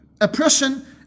Oppression